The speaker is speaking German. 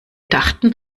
dachten